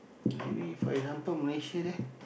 maybe for example Malaysia there